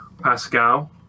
Pascal